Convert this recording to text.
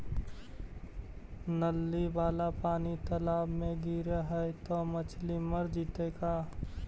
नली वाला पानी तालाव मे गिरे है त मछली मर जितै का?